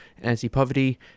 anti-poverty